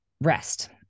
rest